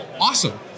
awesome